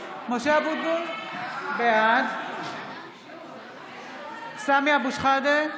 אבוטבול, בעד סמי אבו שחאדה,